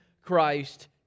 Christ